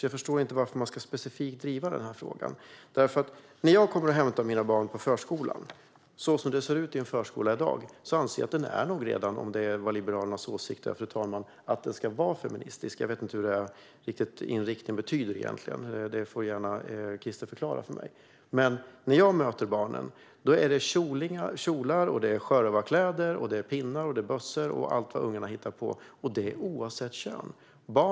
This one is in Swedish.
Jag förstår inte varför man ska driva den frågan specifikt. Så som det ser ut i en förskola i dag anser jag att den redan är feministisk - om det nu var Liberalernas åsikt att den ska vara det. Jag vet inte vad den inriktningen betyder egentligen. Christer får gärna förklara det för mig. Men när jag hämtar mina barn på förskolan i dag och möter barnen är det kjolar, sjörövarkläder, pinnar, bössor och allt vad ungarna har hittat på - oavsett vilket kön de har.